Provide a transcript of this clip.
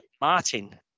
martin